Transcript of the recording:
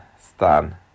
Stan